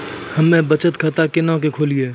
हम्मे बचत खाता केना के खोलियै?